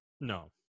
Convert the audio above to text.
No